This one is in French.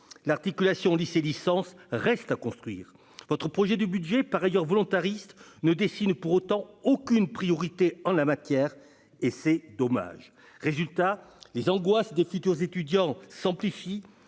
L'articulation lycée-licence reste à construire. Votre projet de budget, par ailleurs volontariste, ne dessine pour autant aucune priorité en la matière. C'est dommage ! Résultat, les angoisses des futurs étudiants s'amplifient,